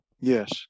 Yes